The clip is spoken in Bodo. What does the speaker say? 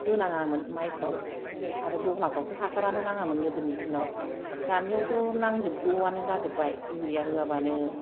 होनाङामोन माइफ्राव आरो दहलाफ्रावथ' हासारानो नाङामोन गोदोनि दिनाव दानियावथ' नांजोबगौआनो जाजोबबाय इउरिया होआबानो